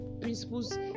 principles